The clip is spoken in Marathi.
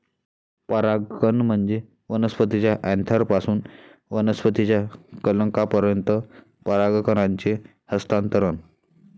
परागकण म्हणजे वनस्पतीच्या अँथरपासून वनस्पतीच्या कलंकापर्यंत परागकणांचे हस्तांतरण